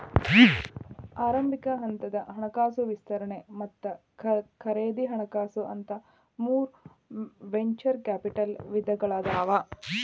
ಆರಂಭಿಕ ಹಂತದ ಹಣಕಾಸು ವಿಸ್ತರಣೆ ಮತ್ತ ಖರೇದಿ ಹಣಕಾಸು ಅಂತ ಮೂರ್ ವೆಂಚೂರ್ ಕ್ಯಾಪಿಟಲ್ ವಿಧಗಳಾದಾವ